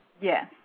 Yes